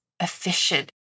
efficient